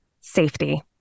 Safety